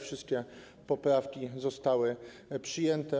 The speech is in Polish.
Wszystkie poprawki zostały przyjęte.